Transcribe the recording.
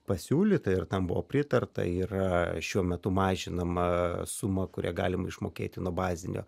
pasiūlyta ir tam buvo pritarta ir šiuo metu mažinama suma kurią galime išmokėti nuo bazinio